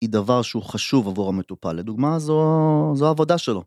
‫היא דבר שהוא חשוב עבור המטופל. ‫לדוגמה, זו העבודה שלו.